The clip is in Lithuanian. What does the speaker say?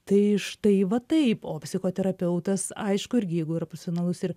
tai štai va taip o psichoterapeutas aišku irgi jeigu yra profesionalus ir